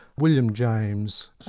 william james.